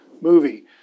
movie